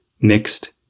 mixed